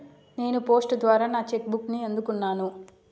నేను పోస్ట్ ద్వారా నా చెక్ బుక్ని అందుకున్నాను